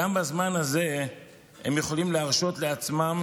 גם בזמן הזה הם יכולים להרשות לעצמם